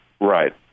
Right